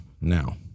now